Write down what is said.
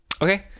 okay